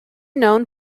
known